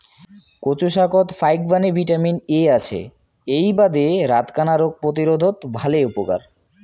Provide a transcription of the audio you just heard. কচু শাকত ফাইকবাণী ভিটামিন এ আছে এ্যাই বাদে রাতকানা রোগ প্রতিরোধত ভালে উপকার